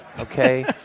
okay